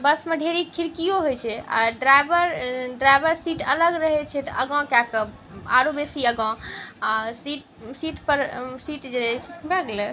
बसमे ढेरिक खिड़किओ होइ छै आओर ड्राइवर ड्राइवर सीट अलग रहै छै तऽ आगाँके कऽ आओर बेसी आगाँ सीट सीटपर सीट जे रहै भऽ गेलैए